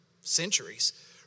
centuries